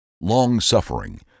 long-suffering